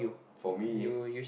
for me